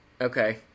Okay